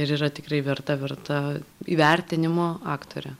ir yra tikrai verta verta įvertinimo aktorė